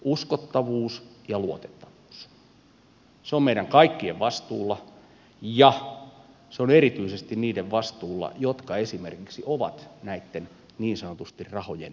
uskottavuus ja luotettavuus se on meidän kaikkien vastuulla ja se on erityisesti niiden vastuulla jotka esimerkiksi ovat niin sanotusti näitten rahojen päällä